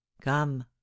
come